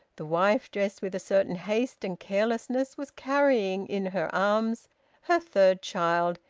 the wife, dressed with a certain haste and carelessness, was carrying in her arms her third child,